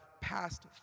past